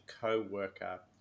co-worker